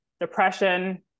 depression